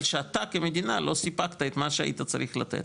בגלל שאתה כמדינה לא סיפקת את מה שהיית צריך לתת.